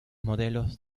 modelos